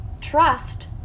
trust